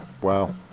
Wow